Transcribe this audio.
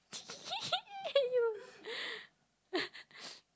hate you